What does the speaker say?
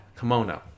kimono